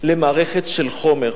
למערכת של חומר.